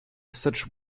such